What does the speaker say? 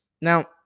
Now